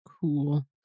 Cool